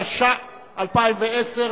התשע"א 2010,